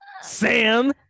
Sam